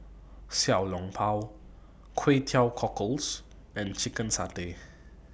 Xiao Long Bao Kway Teow Cockles and Chicken Satay